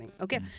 Okay